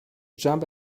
jump